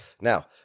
Now